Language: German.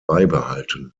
beibehalten